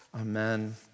Amen